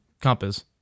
compass